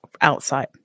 outside